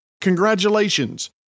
congratulations